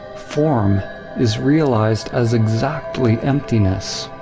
form is realized as exactly emptiness,